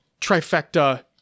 trifecta